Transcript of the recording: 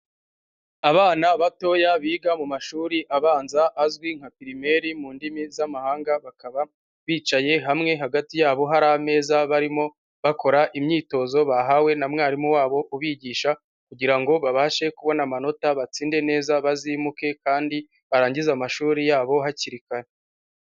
Abana batoya biga mu mashuri abanza azwi nka pirimeri mu ndimi z'amahanga, bakaba bicaye hamwe hagati yabo hari ameza barimo bakora imyitozo bahawe na mwarimu wabo ubigisha, kugira ngo babashe kubona amanota batsinde neza bazimuke, kandi barangize amashuri yabo hakiri kare.